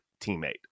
teammate